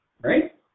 right